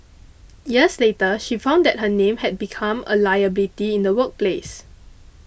years later she found that her name had become a liability in the workplace